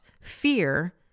fear